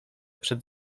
przed